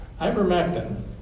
ivermectin